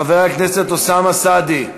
חבר הכנסת אוסאמה סעדי,